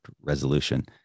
resolution